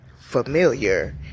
familiar